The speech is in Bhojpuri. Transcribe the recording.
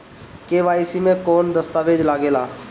के.वाइ.सी मे कौन दश्तावेज लागेला?